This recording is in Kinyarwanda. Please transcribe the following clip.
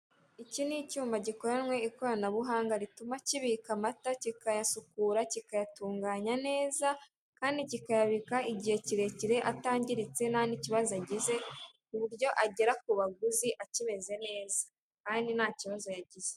Iki ni icyuma gikoranwe ikoranabuhanga rituma kibika amata kikayasukura kikayatunganya neza kandi kikayabika igihe kirekire atangiritse nta n'ikibazo agize ku buryo agera ku baguzi akimeze neza kandi nta kibazo yagize.